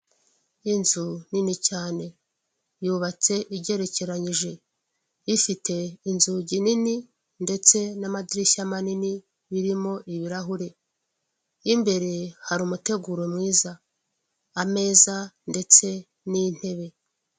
Inzu nini cyane. Yubatse igerekeranyije, ifite inzugi nini ndetse n'amadirishya manini, birimo ibirahure. Imbere hari umuteguro mwiza. Ameza ndetse n'intebe.